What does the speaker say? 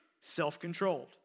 self-controlled